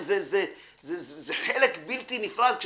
זה חלק בלתי נפרד,